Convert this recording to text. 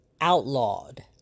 outlawed